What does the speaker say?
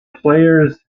players